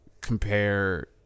compare